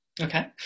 Okay